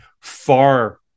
far